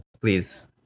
Please